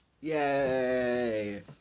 Yay